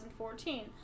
2014